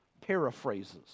paraphrases